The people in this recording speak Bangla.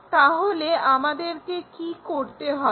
তাহলে আমাদেরকে কি করতে হবে